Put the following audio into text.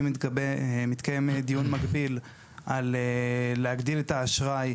מתקיים דיון מקביל על להגדיל את האשראי,